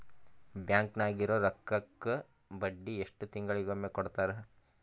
Bank ನಾಗಿರೋ ರೊಕ್ಕಕ್ಕ ಬಡ್ಡಿ ಎಷ್ಟು ತಿಂಗಳಿಗೊಮ್ಮೆ ಕೊಡ್ತಾರ?